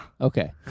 Okay